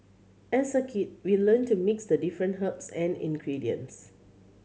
as a kid we learnt to mix the different herbs and ingredients